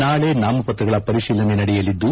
ನಾಳೆ ನಾಮಪತ್ರಗಳ ಪರಿಶೀಲನೆ ನಡಯಲಿದ್ದು